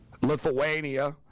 Lithuania